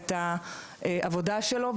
את העבודה שלו.